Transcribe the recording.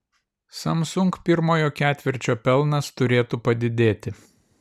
samsung pirmojo ketvirčio pelnas turėtų padidėti